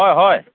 অঁ হয়